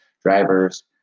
Drivers